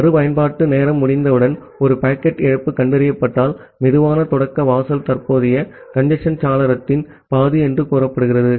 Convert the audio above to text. மறுபயன்பாட்டு நேரம் முடிந்தவுடன் ஒரு பாக்கெட் இழப்பு கண்டறியப்பட்டால் சுலோ ஸ்டார்ட் வாசல் தற்போதைய கஞ்சேஸ்ன் சாளரத்தின் பாதி என்று கூறப்படுகிறது